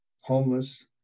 homeless